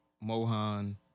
Mohan